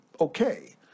okay